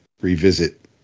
revisit